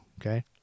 okay